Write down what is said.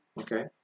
Okay